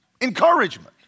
Encouragement